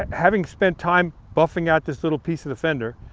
having spent time buffing out this little piece of the fender,